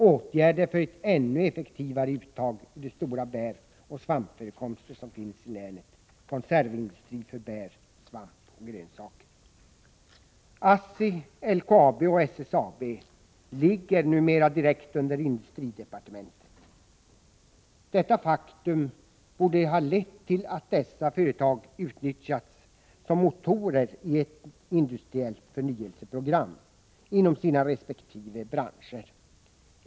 — Åtgärder för ett ännu effektivare uttag ur de stora bäroch svampförekomster som finns i länet vidtas. ASSI, LKAB och SSAB ligger numera direkt under industridepartementet. Detta faktum borde ha lett till att företagen utnyttjats som motorer i ett industriellt förnyelseprogram inom sina resp. branscher.